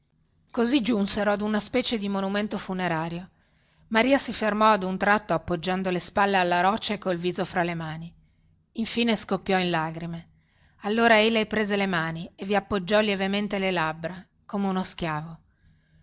così giunsero ad una specie di monumento funerario maria si fermò ad un tratto appoggiando le spalle alla roccia e col viso fra le mani infine scoppiò in lagrime allora ei le prese le mani e vi appoggiò lievemente le labbra come uno schiavo